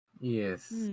Yes